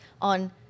On